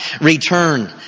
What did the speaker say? return